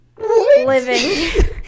Living